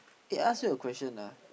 eh ask you a question ah